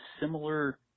similar